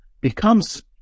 becomes